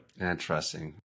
Interesting